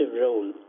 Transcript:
role